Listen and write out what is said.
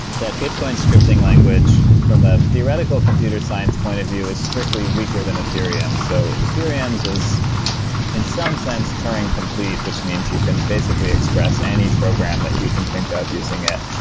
that bitcoin scripting language from a theoretical computer science point of view is strictly weaker than ethereum. so ethereum is is in some sense turning complete, which means you can basically express any program that you can think of using it.